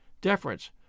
deference